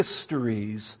histories